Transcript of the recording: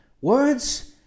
words